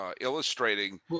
illustrating